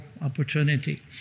opportunity